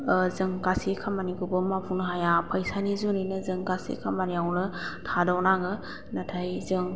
जों गासै खामानिखौबो मावफुंनो हाया फैसानि जुनैनो जों गासै खामानियावनो थाद' नाङो नाथाय जों